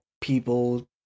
people